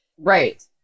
Right